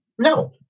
No